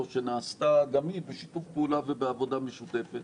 שנעשתה גם היא בשיתוף פעולה ובעבודה משותפת.